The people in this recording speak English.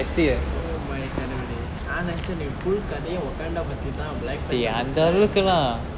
oh my கடவுலே நான் நெநச்சேன் நீ:kadavule naan nenechen nee full கதையே:kathaiye wakanda பத்திதான்:paththithaan black panther பத்திதான்:paththithaan